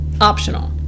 optional